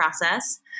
process